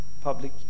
public